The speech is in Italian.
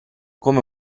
come